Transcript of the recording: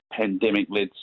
pandemic-led